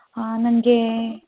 ನನ್ಗೆ